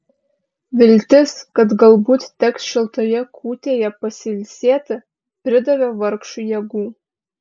viltis kad galbūt teks šiltoje kūtėje pasilsėti pridavė vargšui jėgų